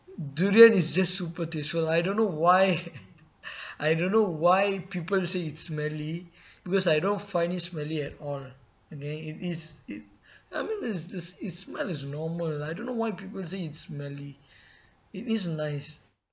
durian is just super tasteful I don't know why I don't know why people say it's smelly because I don't find it smelly at all and then it is it I mean its its its smell is normal I don't know why people say it's smelly it is nice